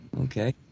Okay